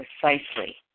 precisely